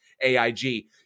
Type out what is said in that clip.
AIG